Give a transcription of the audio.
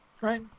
right